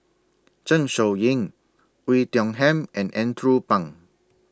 Zeng Shouyin Oei Tiong Ham and Andrew Phang